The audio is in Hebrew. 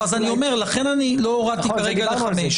לכן לא הורדתי כרגע ל-5,